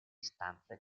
stanze